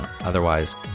otherwise